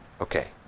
Okay